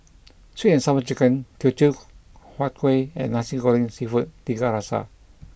Sweet and Sour Chicken Teochew Huat Kueh and Nasi Goreng Seafood Tiga Rasa